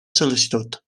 sol·licitud